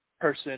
person